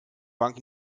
bank